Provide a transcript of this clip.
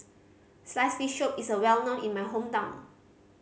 sliced fish soup is well known in my hometown